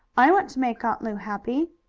i want to make aunt lu happy.